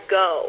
go